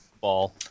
ball